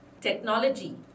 technology